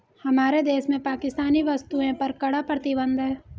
हमारे देश में पाकिस्तानी वस्तुएं पर कड़ा प्रतिबंध हैं